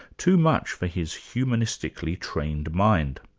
too much for his humanistically trained mind.